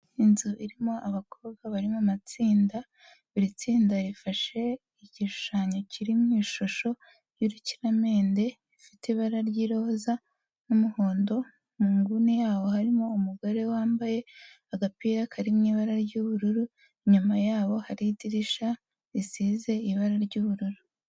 Inzu irimo abakobwa bari mu matsinda buri tsinda rifashe igishushanyo kiri mu ishusho y'urukiramende, gifite ibara ry'iroza n'umuhondo, mu nguni yaho harimo umugore wambaye agapira kari mu ibara ry'ubururu, inyuma yabo hari idirishya risize ibara ry'ubururu.